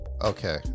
Okay